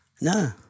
no